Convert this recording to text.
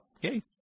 Yay